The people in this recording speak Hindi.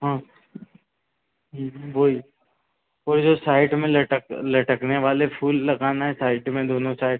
हाँ वो ही वाही जो साइड में लटक लटकने वाले फूल लगाना है साइड में दोनों साइड